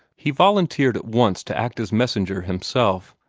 he volunteered at once to act as messenger himself,